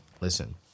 listen